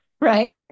right